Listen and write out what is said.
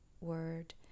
word